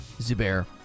Zubair